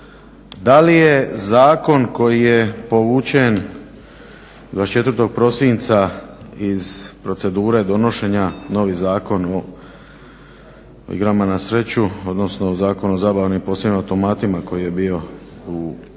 Da li je zakon koji je povučen 24. prosinca iz procedure donošenja novi Zakon o igrama na sreću odnosno Zakon o zabavnim i posebnim automatima koji je bio u raspravi